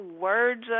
words